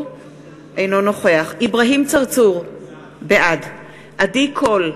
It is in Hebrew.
אינו נוכח אברהים צרצור, בעד עדי קול,